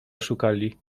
oszukali